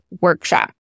workshop